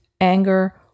anger